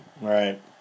Right